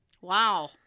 Wow